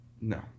no